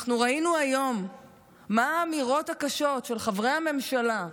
אנחנו ראינו היום מה האמירות הקשות של חברי הממשלה,